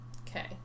Okay